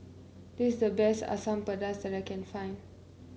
this is the best Asam Pedas that I can find